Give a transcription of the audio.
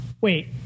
wait